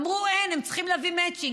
אמרו: אין, הם צריכים להביא מצ'ינג.